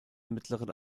mittleren